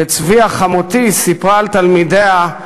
וצביה חמותי סיפרה על תלמידיה,